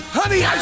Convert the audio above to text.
honey